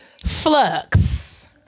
flux